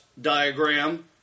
diagram